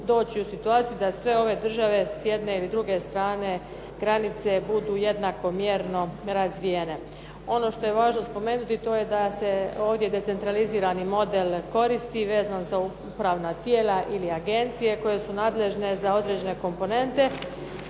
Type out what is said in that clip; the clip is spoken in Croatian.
doći u situaciju da sve ove države s jedne ili druge strane granice budu jednakomjerno razvijene. Ono što je važno spomenuti to je da se ovdje decentralizirani model koristi vezano za upravna tijela ili agencije koje su nadležne za određene komponente.